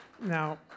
now